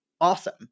awesome